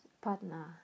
partner